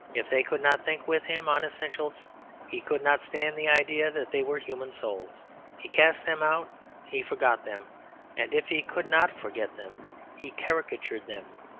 if they could not think with him on essentials he could not stand the idea that they were human souls he cast them out he forgot them and if he could not forget them he caricatured them.